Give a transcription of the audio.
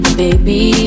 baby